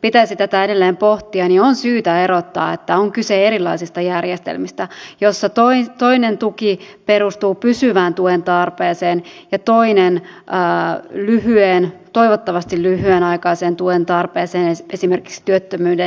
pitäisi tätä edelleen pohtia on syytä erottaa että on kyse erilaisista järjestelmistä joista toinen tuki perustuu pysyvään tuen tarpeeseen ja toinen toivottavasti lyhytaikaiseen tuen tarpeeseen esimerkiksi työttömyyden ja sairauden varalle